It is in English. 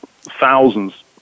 thousands